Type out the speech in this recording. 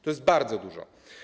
To jest bardzo dużo.